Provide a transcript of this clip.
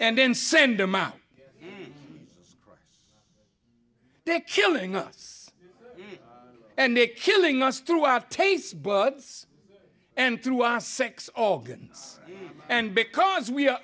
and then send them out there killing us and they killing us through our taste buds and through our sex organs and because we are